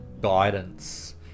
guidance